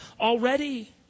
already